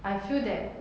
I feel that